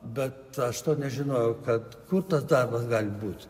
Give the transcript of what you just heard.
bet aš to nežinojau kad tas darbas gali būt